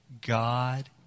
God